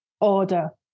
order